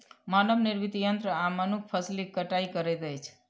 मानव निर्मित यंत्र आ मनुख फसिलक कटाई करैत अछि